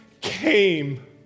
came